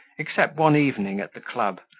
except one evening at the club,